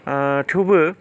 थेवबो